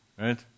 right